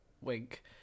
Wink